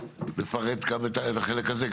לפרט גם את החלק הזה.